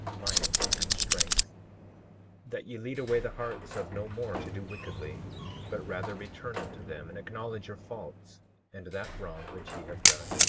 might, and strength that ye lead away the hearts of no more to do wickedly but rather return unto them, and acknowledge your faults and that wrong which ye have done.